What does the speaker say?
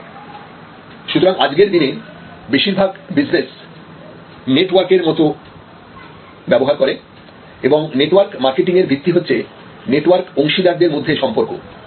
সুতরাং আজকের দিনে বেশিরভাগ বিজনেস নেটওয়ার্ক এর মত ব্যবহার করে এবং নেটওয়ার্ক মার্কেটিং এর ভিত্তি হচ্ছে নেটওয়ার্ক অংশীদারদের মধ্যে সম্পর্ক